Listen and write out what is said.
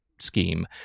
scheme